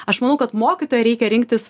aš manau kad mokytoją reikia rinktis